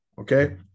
Okay